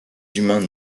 humains